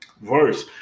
verse